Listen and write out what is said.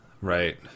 right